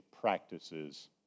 practices